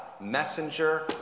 messenger